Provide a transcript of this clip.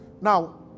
Now